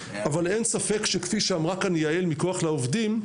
אבל אין ספק שכפי שאמרה כאן יעל מכוח לעובדים,